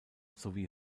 sowie